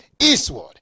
eastward